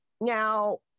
Now